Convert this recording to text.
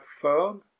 firm